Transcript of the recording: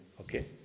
Okay